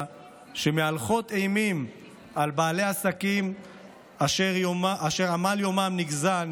שמהלכות אימים על בעלי עסקים אשר עמל יומם נגזל,